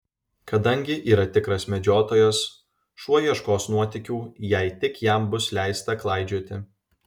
kadangi yra tikras medžiotojas šuo ieškos nuotykių jei tik jam bus leista klaidžioti